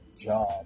job